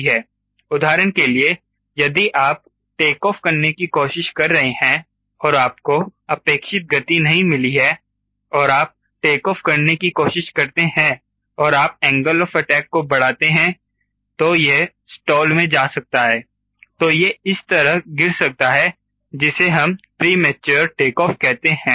उदाहरण के लिए यदि आप टेक ऑफ करने की कोशिश कर रहे हैं और आपको अपेक्षित गति नहीं मिली है और आप टेक ऑफ करने की कोशिश करते हैं और आप एंगल ऑफ अटैक को बढ़ाते हैं तो यह स्टाल में जा सकता है तो यह इस तरह गिर सकता है जिसे हम प्रीमेच्योर टेक ऑफ कहते हैं